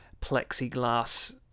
plexiglass